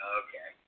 okay